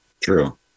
True